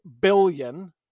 billion